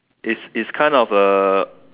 is is kind of a